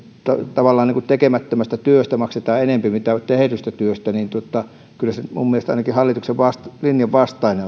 tavallaan niin kuin tekemättömästä työstä maksetaan enempi kuin tehdystä työstä niin kyllä se tilanne siltä osin minun mielestäni on ainakin hallituksen linjan vastainen